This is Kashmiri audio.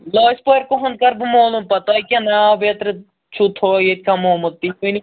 لٲسۍ پورِ کُہُنٛد کَرٕ بہٕ معلوٗم پَتہٕ تۄہہِ کیٛاہ ناو بیترِ چھُو تھۄ ییٚتہِ کَمومُت تہِ تہِ ؤنِو